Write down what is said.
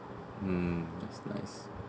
hmm that's nice